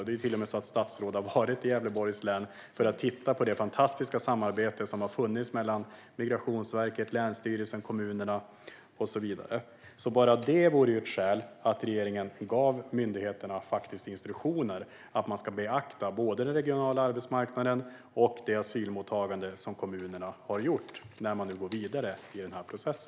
Statsrådet har ju till och med varit i Gävleborgs län för att titta på det fantastiska samarbete som har funnits mellan Migrationsverket, länsstyrelsen, kommunerna med flera. Bara detta vore ett skäl för regeringen att faktiskt ge myndigheterna instruktioner om att beakta både den regionala arbetsmarknaden och kommunernas asylmottagande när man går vidare i denna process.